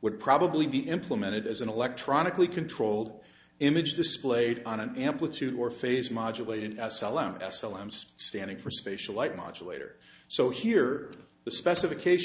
would probably be implemented as an electronically controlled image displayed on an amplitude or phase modulator selamat s l m standing for spatial light modulator so here the specification